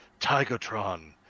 Tigatron